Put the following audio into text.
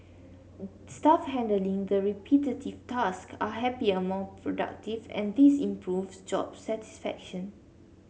staff handling the repetitive task are happier more productive and this improves job satisfaction